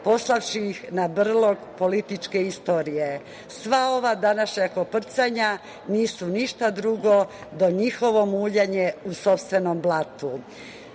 poslavši ih na brlog političke istorije. Sva ova današnja koprcanja nisu ništa drugo do njihovo muljanje u sopstvenom